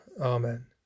Amen